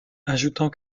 ajoutant